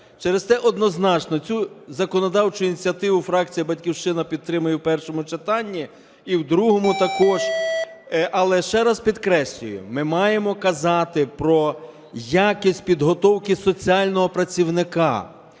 Через те однозначно цю законодавчу ініціативу фракція "Батьківщина" підтримає в першому читанні і в другому також. Але ще раз підкреслюю, ми маємо казати про якість підготовки соціального працівника